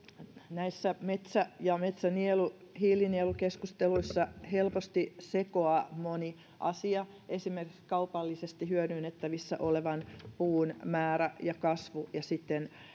näissä metsä ja hiilinielukeskusteluissa helposti sekoaa moni asia esimerkiksi kaupallisesti hyödynnettävissä olevan puun määrä ja kasvu ja sitten